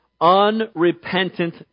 unrepentant